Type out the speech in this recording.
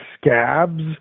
scabs